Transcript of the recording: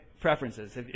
preferences